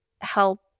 help